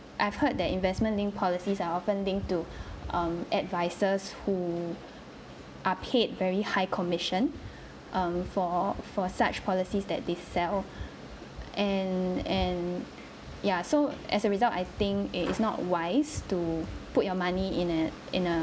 I've heard that investment linked policies are often linked to um advisers who are paid very high commission um for for such policies that they sell and and ya so as a result I think it is not wise to put your money in a in a